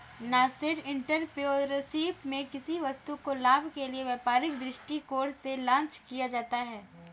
nascent entrepreneurship में किसी वस्तु को लाभ के लिए व्यापारिक दृष्टिकोण से लॉन्च किया जाता है